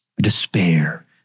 despair